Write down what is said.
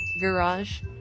garage